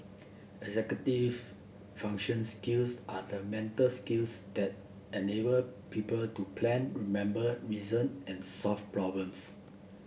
executive function skills are the mental skills that enable people to plan remember reason and solve problems